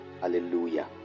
hallelujah